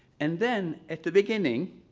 and then at the beginning,